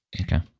Okay